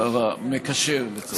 השר המקשר, לצורך העניין.